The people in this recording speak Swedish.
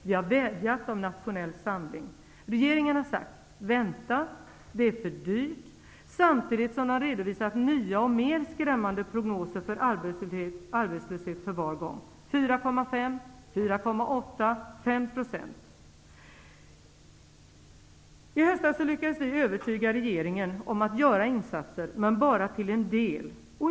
Vi har vädjat om nationell samling. Regeringen har sagt att man skall vänta och att det är för dyrt. Samtidigt har den redovisat nya och mera skrämmande prognoser för arbetslösheten, för var gång. Det har handlat om 4,5, 4,8 och 5,0 I höstas lyckades vi övertyga regeringen om att göra insatser, men bara till en del.